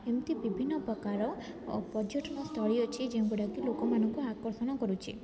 ଏମିତି ବିଭିନ୍ନ ପ୍ରକାର ପର୍ଯ୍ୟଟନସ୍ଥଳୀ ଅଛି ଯେଉଁଗୁଡ଼ା କି ଲୋକମାନଙ୍କୁ ଆକର୍ଷଣ କରୁଛି